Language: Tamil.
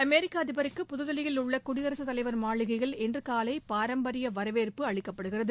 அமெரிக்க அதிபருக்கு புததில்லியில் உள்ள குடியரசுத் தலைவர் மாளிகையில் இன்று காலை பாரம்பரிய வரவேற்பு அளிக்கப்படுகிறது